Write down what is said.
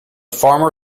farmer